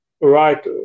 right